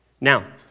Now